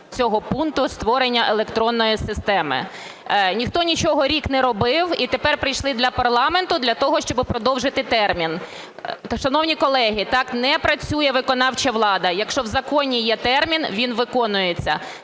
цього пункту – створення електронної системи. Ніхто нічого рік не робив і тепер прийшли до парламенту для того, щоб продовжити термін. Шановні колеги, так не працює виконавча влада. Якщо в законі є термін, він виконується.